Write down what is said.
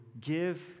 give